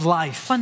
life